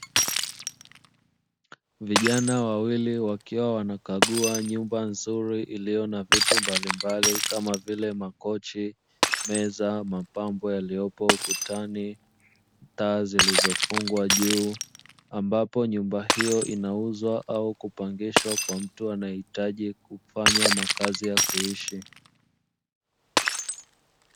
Vijana wawili wakiwa wanakagua nyumba nzuri ilio na vitu mbalimbali kama vile makochi, meza, mapambo yaliyopo ukutani, taa zilizofungwa juu ambapo nyumba hio inauzwa au kupangishwa kwa mtu ambae anahitaji kufanya makazi ya kuishi.